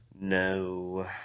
No